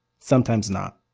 sometimes not.